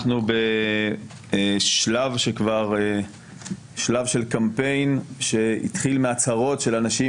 אנחנו בשלב של קמפיין שהתחיל מהצהרות של אנשים